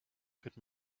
could